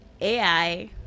ai